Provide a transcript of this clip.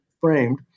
framed